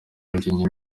bakinnye